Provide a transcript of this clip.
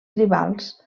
tribals